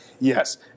yes